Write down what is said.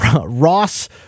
Ross